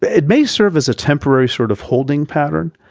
but it may serve as a temporary sort of holding pattern,